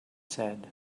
said